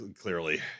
Clearly